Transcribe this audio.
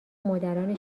مادران